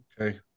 Okay